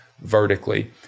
vertically